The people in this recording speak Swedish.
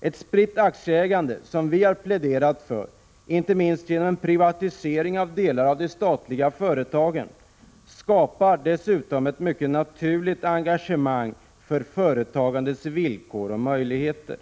Ett spritt aktieägande, inte minst genom privatisering av delar av de statliga företagen som vi har pläderat för, skapar dessutom ett naturligt engagemang för företagandets villkor och möjligheter.